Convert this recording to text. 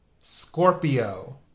Scorpio